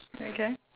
okay